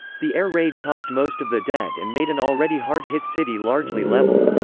the air raid caused most of the dead and made an already hard-hit city largely leveled.